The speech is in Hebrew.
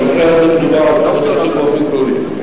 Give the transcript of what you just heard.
במזכר הזה מדובר על תאונות דרכים באופן כללי.